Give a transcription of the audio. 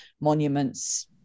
monuments